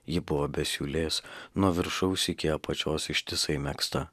ji buvo be siūlės nuo viršaus iki apačios ištisai megzta